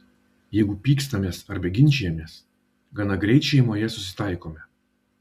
jeigu pykstamės arba ginčijamės gana greit šeimoje susitaikome